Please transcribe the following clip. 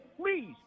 Please